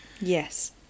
Yes